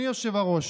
אדוני היושב-ראש,